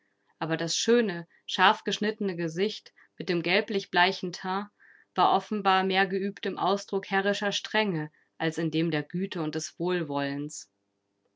aber das schöne scharfgeschnittene gesicht mit dem gelblich bleichen teint war offenbar mehr geübt im ausdruck herrischer strenge als in dem der güte und des wohlwollens